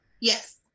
Yes